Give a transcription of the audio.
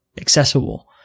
accessible